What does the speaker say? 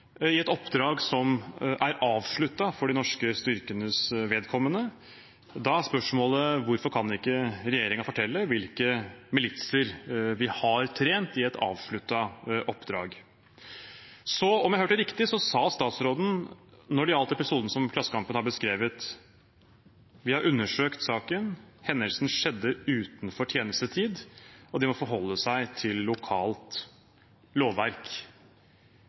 i et oppdrag som er avsluttet for de norske styrkenes vedkommende. Da er spørsmålet: Hvorfor kan ikke regjeringen fortelle hvilke militser vi har trent når det er et avsluttet oppdrag? Om jeg hørte riktig, sa statsråden når det gjaldt episoden som Klassekampen har beskrevet: Vi har undersøkt saken – hendelsen skjedde utenfor tjenestetid, og de må forholde seg til lokalt lovverk.